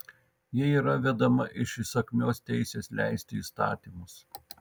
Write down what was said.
ji yra vedama iš įsakmios teisės leisti įstatymus